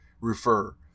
refer